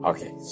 Okay